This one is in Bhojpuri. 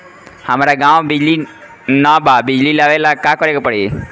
हमरा गॉव बिजली न बा बिजली लाबे ला का करे के पड़ी?